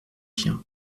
chiens